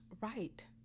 right